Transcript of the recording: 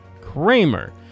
kramer